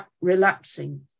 relapsing